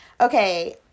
Okay